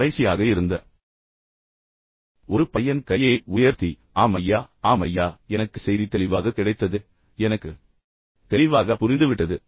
பின்னர் கடைசியாக இருந்த ஒரு பையன் கையை உயர்த்தி ஆம் ஐயா ஆம் ஐயா எனக்கு செய்தி தெளிவாக கிடைத்தது எனக்கு அது மிகவும் தெளிவாக புரிந்துவிட்டது